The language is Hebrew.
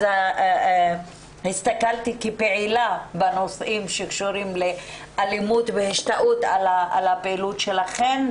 אז כפעילה בנושאים שקשורים לאלימות הסתכלתי בהשתאות על הפעילות שלכן,